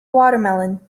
watermelon